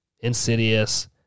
insidious